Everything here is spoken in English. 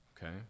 Okay